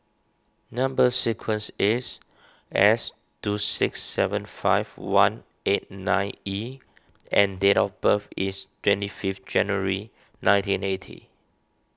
Number Sequence is S two six seven five one eight nine E and date of birth is twenty fifth January nineteen eighty